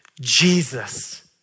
Jesus